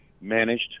Managed